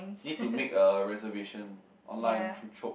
need to make a reservation online through chope